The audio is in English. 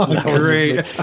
Great